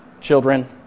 children